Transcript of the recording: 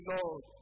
Lord